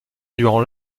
durant